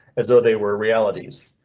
as though they were realities.